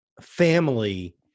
family